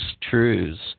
truths